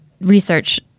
research